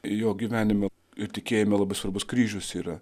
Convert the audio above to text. jo gyvenime ir tikėjime labai svarbus kryžius yra